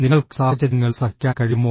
നിങ്ങൾക്ക് സാഹചര്യങ്ങൾ സഹിക്കാൻ കഴിയുമോ